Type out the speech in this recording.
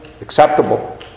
acceptable